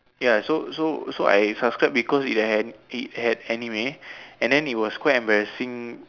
ya so so so I subscribe because it had it had anime and then it was quite embarrassing